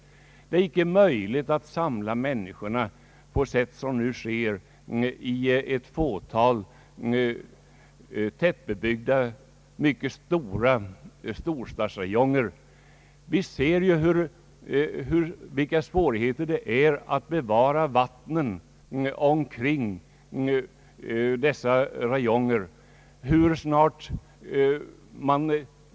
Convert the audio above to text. Det är inte möjligt att samla människorna, såsom nu sker, i ett fåtal tättbebyggda och mycket utbredda storstadsräjonger. Det uppstår t.ex. stora svårigheter att bevara vattnet omkring dessa räjonger.